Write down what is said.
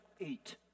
eight